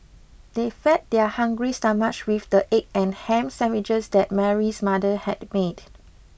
they fed their hungry stomachs with the egg and ham sandwiches that Mary's mother had made